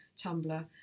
Tumblr